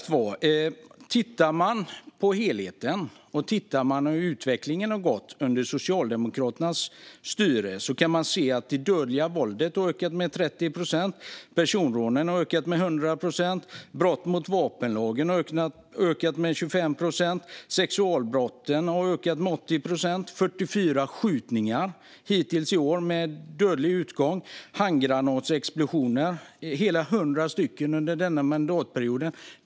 Tittar man på helheten och hur utvecklingen har gått under Socialdemokraternas styre kan man se att det dödliga våldet har ökat med 30 procent, personrånen har ökat med 100 procent, brott mot vapenlagen har ökat med 25 procent och sexualbrotten har ökat med 80 procent. Det har hittills i år varit 44 skjutningar med dödlig utgång. Det har varit hela 100 handgranatsexplosioner under mandatperioden.